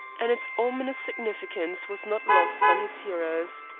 and its ominous significance was not lost on his hearers.